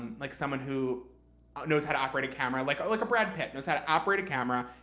like someone who knows how to operate a camera like like a brad pitt knows how to operate a camera,